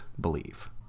believe